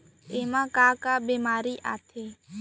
एमा का का बेमारी आथे?